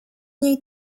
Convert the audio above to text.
niej